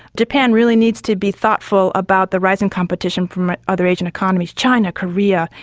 japan really needs to be thoughtful about the rise in competition from other asian economies china, korea.